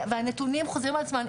והנתונים חוזרים על עצמם.